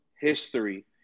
history